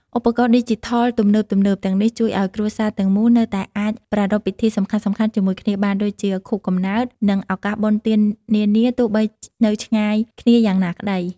ឧបករណ៍ឌីជីថលទំនើបៗទាំងនេះជួយឱ្យគ្រួសារទាំងមូលនៅតែអាចប្រារព្ធពិធីសំខាន់ៗជាមួយគ្នាបាន ដូចជាខួបកំណើត និងឱកាសបុណ្យទាននានា ទោះបីនៅឆ្ងាយគ្នាយ៉ាងណាក្ដី។